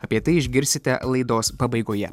apie tai išgirsite laidos pabaigoje